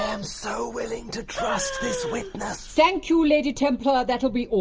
am so willing to trust this witness. thank you, lady templar, that'll be